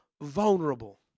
vulnerable